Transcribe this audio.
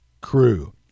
crew